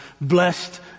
blessed